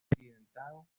accidentado